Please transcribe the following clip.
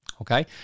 Okay